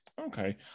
Okay